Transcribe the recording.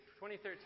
2013